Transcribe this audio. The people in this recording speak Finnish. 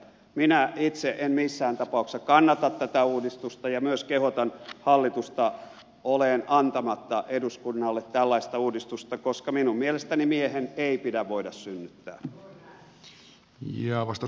minä itse en missään tapauksessa kannata tätä uudistusta ja myös kehotan hallitusta olemaan antamatta eduskunnalle tällaista uudistusta koska minun mielestäni miehen ei pidä voida synnyttää